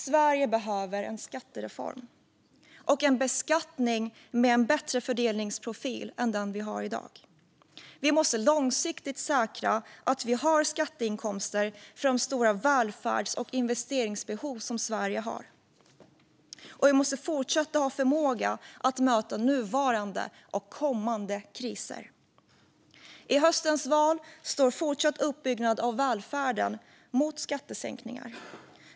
Sverige behöver en skattereform och en beskattning med en bättre fördelningsprofil än den vi har i dag. Vi måste långsiktigt säkra att vi har skatteinkomster för de stora välfärds och investeringsbehov som Sverige har, och vi måste fortsätta att ha förmåga att möta nuvarande och kommande kriser. I höstens val står en fortsatt uppbyggnad av välfärden mot skattesänkningar.